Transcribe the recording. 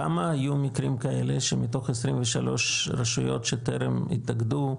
כמה מקרים היו שמתוך 23 רשויות שטרם התאגדו,